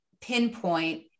pinpoint